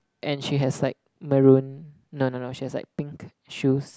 and she has like maroon no no no she has like pink shoes